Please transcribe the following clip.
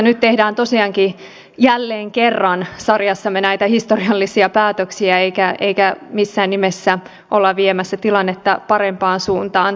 nyt tehdään tosiaankin jälleen kerran sarjassamme näitä historiallisia päätöksiä eikä missään nimessä olla viemässä tilannetta parempaan suuntaan